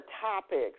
topics